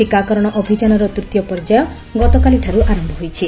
ଟିକାକରଣ ଅଭିଯାନର ତୃତୀୟ ପର୍ଯ୍ୟାୟ ଗତକାଲିଠାରୁ ଆରମ୍ଭ ହୋଇଛି